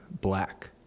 Black